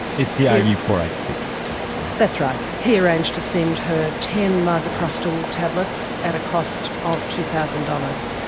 it's the r ah u four eight six tablet, right? that's right. he arranged to send her ten misoprostol tablets at a cost of two thousand dollars.